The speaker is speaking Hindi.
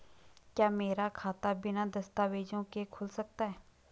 क्या मेरा खाता बिना दस्तावेज़ों के खुल सकता है?